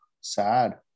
sad